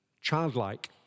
childlike